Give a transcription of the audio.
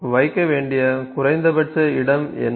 வைக்க வேண்டிய குறைந்தபட்ச இடம் என்ன